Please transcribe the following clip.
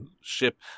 ship